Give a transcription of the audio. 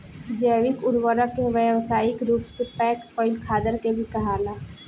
जैविक उर्वरक के व्यावसायिक रूप से पैक कईल खादर के भी कहाला